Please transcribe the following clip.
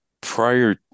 Prior